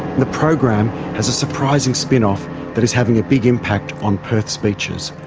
the program has a surprising spin-off that is having a big impact on perth's beaches.